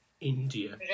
India